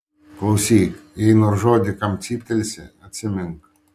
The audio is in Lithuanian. klausyk jei nors žodį kam cyptelsi atsimink